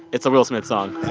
it's a will smith song